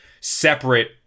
separate